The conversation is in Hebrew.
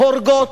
הורגות,